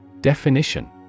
Definition